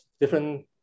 different